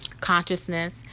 consciousness